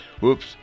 Whoops